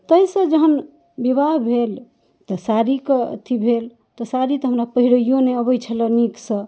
तै सऽ जहन बिआह भेल तऽ साड़ीके अथी भेल तऽ साड़ी तऽ हमरा पहिरैयो नहि अबै छलै नीकसँ